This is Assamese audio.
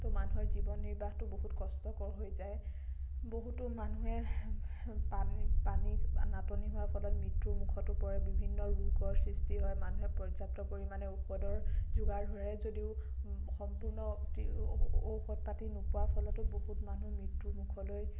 তো মানুহৰ জীৱন নিৰ্বাহটো বহুত কষ্টকৰ হৈ যায় বহুতো মানুহে পানী পানী নাটনি হোৱাৰ ফলত মৃত্যুমুখতো পৰে বিভিন্ন ৰোগৰ সৃষ্টি হয় মানুহে পৰ্য্যাপ্ত পৰিমাণে ঔষধৰ যোগাৰ ধৰে যদিও সম্পূৰ্ণ ঔষধ পাতি নোপোৱাৰ ফলতো বহুত মানুহ মৃত্যুমুখলৈ